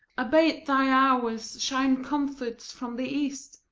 abate thy hours! shine comforts from the east,